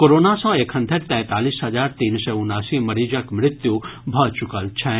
corona सँ एखन धरि तैंतालीस हजार तीन सय उनासी मरीजक मृत्यु भऽ चुकल छनि